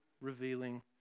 revealing